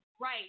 Right